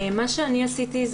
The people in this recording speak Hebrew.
מה שאני עשיתי,